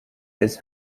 its